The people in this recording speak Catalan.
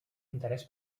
interès